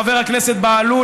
חבר הכנסת בהלול,